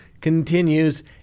continues